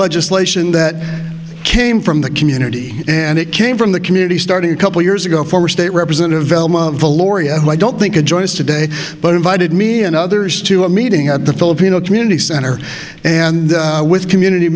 legislation that came from the community and it came from the community started a couple years ago former state representative velma the laureate who i don't think enjoys today but invited me and others to a meeting at the filipino community center and with community